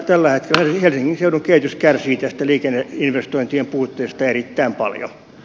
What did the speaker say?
tällä hetkellä helsingin seudun kehitys kärsii tästä liikenneinvestointien puutteesta erittäin paljon